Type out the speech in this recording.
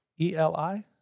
E-L-I